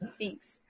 Thanks